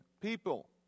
people